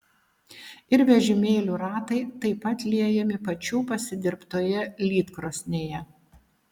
ir vežimėlių ratai taip pat liejami pačių pasidirbtoje lydkrosnėje